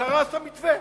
קרס המתווה.